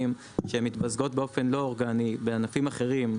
שמתמזגות באופן לא אורגני בענפים אחרים,